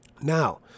Now